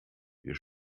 wir